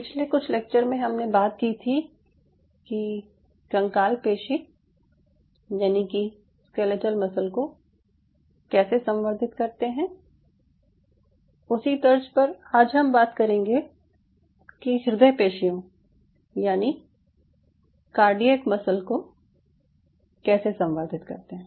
पिछले कुछ लेक्चर में हमने बात की थी कि कंकाल पेशी यानि कि स्केलेटल मसल को कैसे संवर्धित करते हैं उसी तर्ज़ पर आज हम बात करेंगे कि हृदय पेशियों यानि कार्डियक मसल को कैसे संवर्धित करते हैं